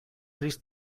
risc